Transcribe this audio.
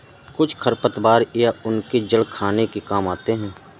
कुछ खरपतवार या उनके जड़ खाने के काम आते हैं